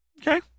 Okay